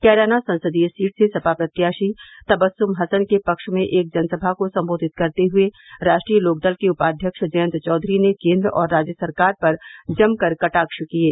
कैराना संसदीय सीट से सपा प्रत्याशी तब्सुम हसन के पक्ष में एक जनसभा को सम्बोधित करते हुए राष्ट्रीय लोक दल के उपाध्यक्ष जयंत चौधरी ने केन्द्र और राज्य सरकार पर जमकर कटाक्ष किये